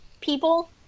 people